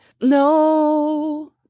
no